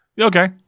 Okay